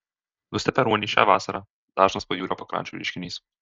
nustipę ruoniai šią vasarą dažnas pajūrio pakrančių reiškinys